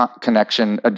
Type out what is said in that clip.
connection